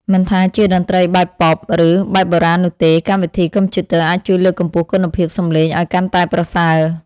មិនថាជាតន្ត្រីបែបប៉ុប ឬ បែបបុរាណនោះទេ កម្មវិធីកុំព្យូទ័រអាចជួយលើកកម្ពស់គុណភាពសំឡេងឱ្យកាន់តែប្រសើរ។